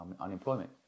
unemployment